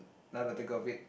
now to think of it